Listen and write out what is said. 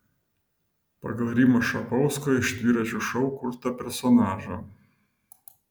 pagal rimo šapausko iš dviračio šou kurtą personažą